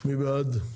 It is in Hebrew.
מי בעד?